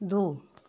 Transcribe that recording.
दो